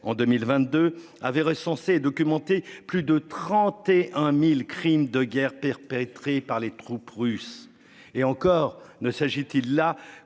en 2022, avait recensé documenté plus de 31.000 crimes de guerre perpétrés par les troupes russes et encore ne s'agit-il là